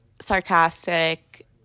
sarcastic